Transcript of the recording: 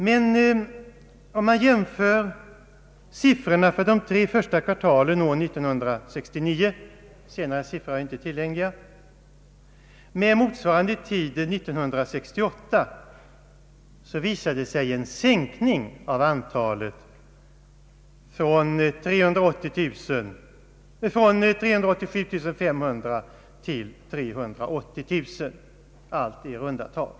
Men om man jämför siffrorna för de tre första kvartalen under år 1969 — senare siffror är inte tillgängliga — med motsvarande tid under år 1968 visar de en sänkning av antalet från 387 500 till 380 000, allt i runda tal.